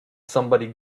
somebody